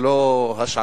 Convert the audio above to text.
זה לא השערה,